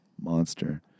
monster